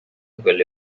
quelle